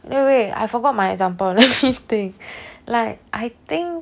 wait wait I forgot my example let me think like I think